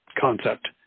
concept